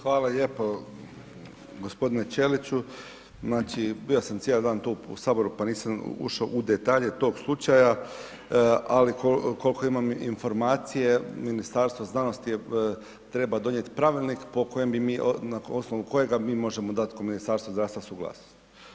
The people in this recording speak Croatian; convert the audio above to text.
Hvala lijepo gospodine Ćeliću, znači bio sam cijeli dan tu u saboru pa nisam ušao u detalje tog slučaja, ali koliko imam informacije Ministarstvo znanosti je treba donijet pravilnik po kojem bi mi, na osnovu kojega mi možemo dat ko Ministarstvo zdravstva suglasnost.